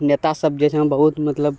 नेता सब जे छऽ बहुत मतलब